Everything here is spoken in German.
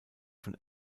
von